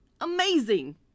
Amazing